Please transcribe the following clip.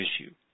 issue